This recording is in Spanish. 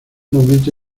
momento